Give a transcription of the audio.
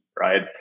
Right